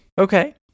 Okay